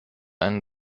einen